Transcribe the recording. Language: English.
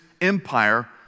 empire